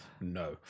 No